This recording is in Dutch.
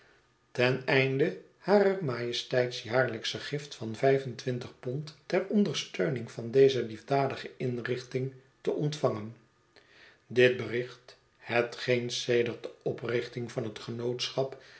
ten einde harer majesteits jaarlijksche gift van vijf en twintig pond ter ondersteuning van deze liefdadige inrichting te ontvangen dit bericht hetwelk sedert de oprichting van het genootschap